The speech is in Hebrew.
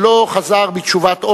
ש"לא חזר בתשובת אוסלו",